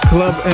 Club